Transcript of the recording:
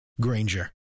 Granger